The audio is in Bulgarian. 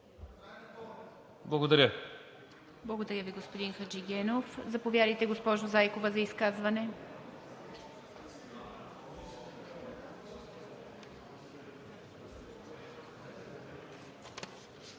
МИТЕВА: Благодаря Ви, господин Хаджигенов. Заповядайте, госпожо Зайкова, за изказване.